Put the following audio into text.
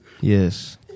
Yes